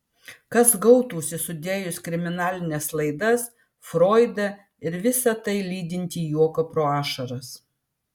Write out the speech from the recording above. kas gautųsi sudėjus kriminalines laidas froidą ir visa tai lydintį juoką pro ašaras